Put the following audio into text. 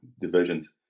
divisions